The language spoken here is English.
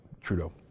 Trudeau